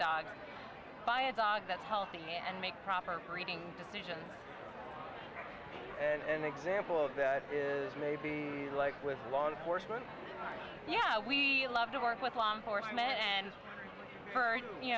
dogs by a dog that's healthy and make proper breeding decisions and an example of that is maybe like with law enforcement yeah we love to work with law enforcement and you